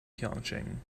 pyeongchang